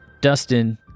Dustin